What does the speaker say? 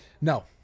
No